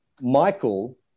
Michael